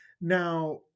Now